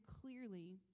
clearly